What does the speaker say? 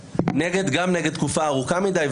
גם נגד תקופה ארוכה מדי,